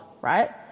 right